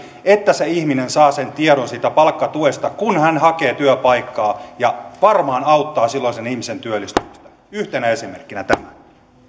että ihminen saa tiedon siitä palkkatuesta kun hän hakee työpaikkaa ja tämä varmaan auttaa silloin sen ihmisen työllistymistä yhtenä esimerkkinä tämä